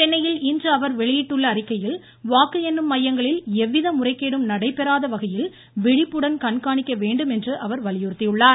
சென்னையில் இன்று அவர் வெளியிட்டுள்ள அறிக்கையில் வாக்கும் எண்ணும் மையங்களில் எவ்வித முறைகேடும் நடைபெறாத வகையில் விழிப்புடன் கண்காணிக்க வேண்டும் என்றும் அவர் வலியுறுத்தியுள்ளார்